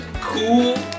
cool